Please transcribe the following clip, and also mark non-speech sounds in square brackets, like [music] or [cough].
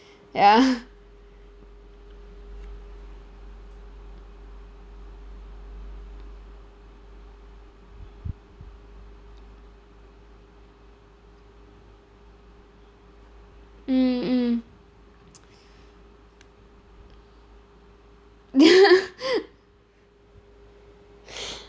ya mm mm [laughs] [breath]